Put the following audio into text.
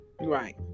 Right